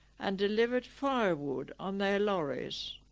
and delivered firewood on their lorries